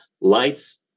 lights